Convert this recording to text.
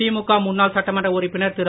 திமுக முன்னாள் சட்டமன்ற உறுப்பினர் திரு